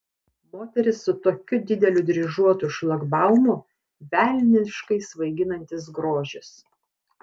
moteris su tokiu dideliu dryžuotu šlagbaumu velniškai svaiginantis grožis